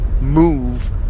move